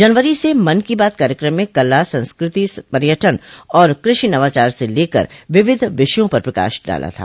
जनवरी मे मन की बात कार्यक्रम में कला संस्कृति पर्यटन और कृषि नवाचार से लेकर विविध विषयों पर प्रकाश डाला था